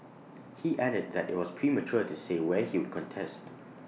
he added that IT was premature to say where he would contest